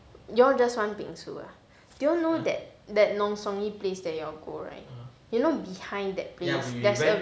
you all just want bingsu ah do y'all know that that nunsongyee place that you all go right you know behind that place there's a